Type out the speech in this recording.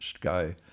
go